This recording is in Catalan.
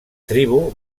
tribu